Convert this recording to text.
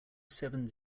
seven